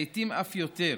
לעיתים אף יותר,